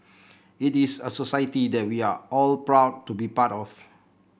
it is a society that we are all proud to be a part of